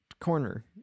corner